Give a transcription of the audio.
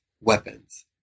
weapons